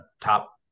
top